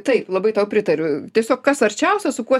tai labai tau pritariu tiesiog kas arčiausia su kuo